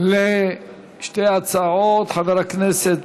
לשתי ההצעות חבר הכנסת,